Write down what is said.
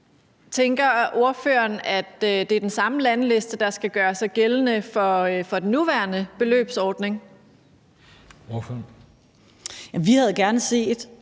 Tænker ordføreren, at det er den samme landeliste, der skal gøre sig gældende, som den for den nuværende beløbsordning? Kl. 14:19 Den fg.